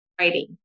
writing